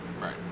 Right